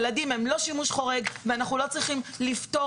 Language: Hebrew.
ילדים הם לא שימוש חורג ואנחנו לא צריכים לפטור